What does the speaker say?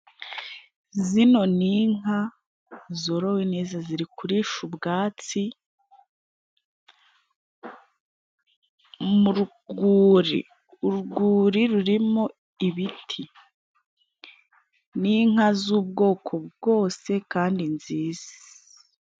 Izi ni inka zorowe ziri kurisha ubwatsi. Muri uru rwuri, rurimo ibiti n'inka z'ubwoko bwose Kandi nziza.